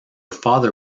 father